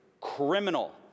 criminal